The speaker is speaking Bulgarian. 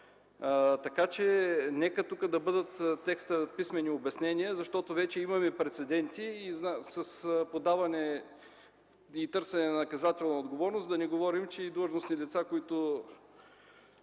Нека тук текстът да бъде „писмени обяснения”, защото вече имаме прецеденти с подаване и търсене на наказателна отговорност, да не говорим и длъжностни лица, които